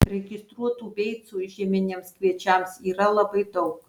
registruotų beicų žieminiams kviečiams yra labai daug